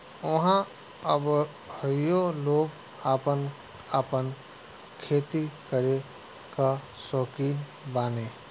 ऊहाँ अबहइयो लोग आपन आपन खेती करे कअ सौकीन बाने